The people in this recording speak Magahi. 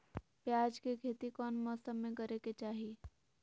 प्याज के खेती कौन मौसम में करे के चाही?